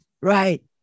right